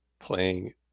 playing